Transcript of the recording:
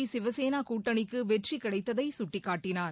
சிவசேனா கூட்டணிக்கு வெற்றி கிடைத்ததை சுட்டிக்காட்டினார்